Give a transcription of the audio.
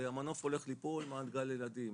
המנוף הולך ליפול מעל גן ילדים,